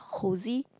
cozy